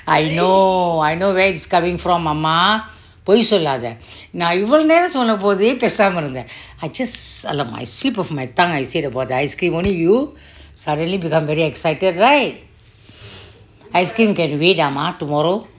I know I know where this coming from அம்மா பொய் சொல்லாத நா இவ்ளோ நேரம் சொல்லும் போது பேசாம இருந்த:amma poi sollatha naa ivlo neram pesum pothu pesaama iruntha I just slip of my tongue I said about the ice cream inly you suddenly become very excited right ice cream can wait amma tomorrow